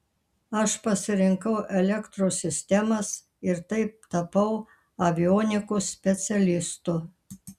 aš pasirinkau elektros sistemas ir taip tapau avionikos specialistu